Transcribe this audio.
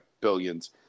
billions